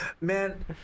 man